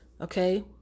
Okay